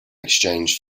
exchange